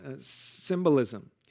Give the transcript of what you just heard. symbolism